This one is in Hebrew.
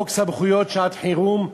חוק סמכויות שעת-חירום,